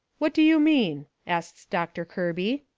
what do you mean? asts doctor kirby.